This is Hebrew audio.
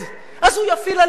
אז הוא יפעיל אלימות.